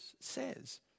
says